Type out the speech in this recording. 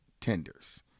tenders